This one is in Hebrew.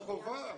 אבל זה לא חובה.